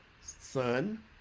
sun